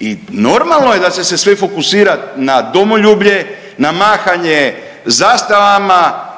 I normalno je da će se sve fokusirati na domoljublje, na mahanje zastavama